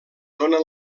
dóna